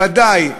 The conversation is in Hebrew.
ודאי,